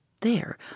There